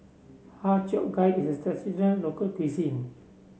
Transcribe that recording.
Har Cheong Gai is a traditional local cuisine